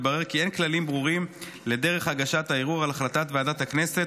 התברר כי אין כללים ברורים לדרך הגשת הערעור על החלטת ועדת הכנסת,